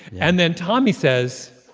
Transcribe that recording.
and then tommy says,